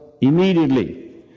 immediately